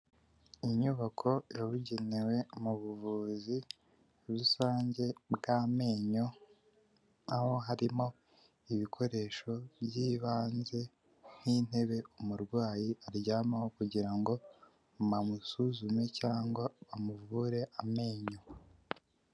Inyubako yabugenewe mu buvuzi rusange bw'amenyo aho harimo ibikoresho by'ibanze nk'intebe umurwayi aryamaho kugira ngo amusuzume cyangwa amuvure amenyo.